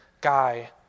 guy